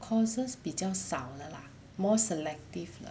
courses 比较少了 lah more selective 了